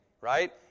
right